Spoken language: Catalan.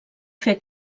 fer